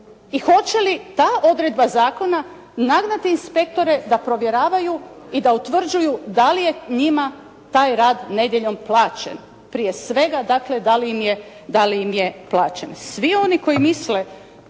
I hoće li ta odredba zakona nagnati inspektore da provjeravaju i da utvrđuju da li je njima taj rad nedjeljom plaćen, prije svega dakle, da li im je plaćen? Svi oni koji misle